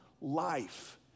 life